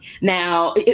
Now